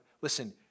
Listen